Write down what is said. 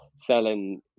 selling